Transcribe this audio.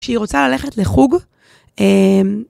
כשהיא רוצה ללכת לחוג.